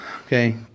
Okay